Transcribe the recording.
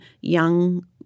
young